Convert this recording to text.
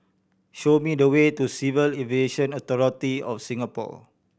show me the way to Civil Aviation Authority of Singapore